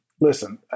listen